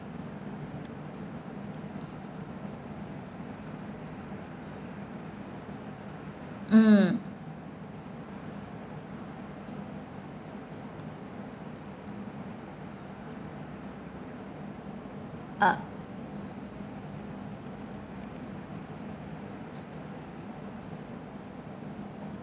mm uh